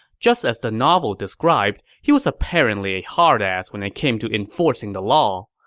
just as the novel described, he was apparently a hardass when it came to enforcing the law.